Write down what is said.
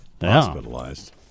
Hospitalized